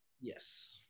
Yes